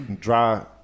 dry